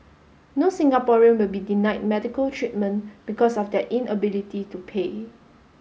no Singaporean will be denied medical treatment because of their inability to pay